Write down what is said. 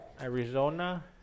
Arizona